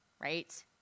Right